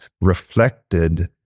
reflected